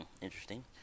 Interesting